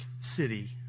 City